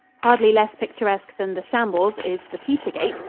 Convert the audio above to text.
hardly less picturesque than the shambles is the petergate,